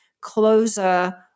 closer